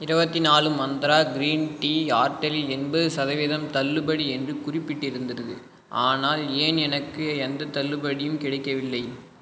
இருபத்தி நாலு Myntra green tea ஆர்டரில் எண்பது சதவீதம் தள்ளுபடி என்று குறிப்பிட்டிருந்தது ஆனால் ஏன் எனக்கு எந்தத் தள்ளுபடியும் கிடைக்கவில்லை